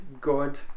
God